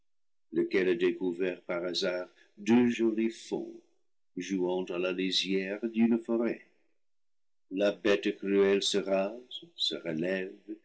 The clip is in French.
lequel a découvert par hasard deux jolis faons jouant à la lisière d'une fôrêt la bête cruelle se rase se relève